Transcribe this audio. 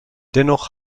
dennoch